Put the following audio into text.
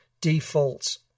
default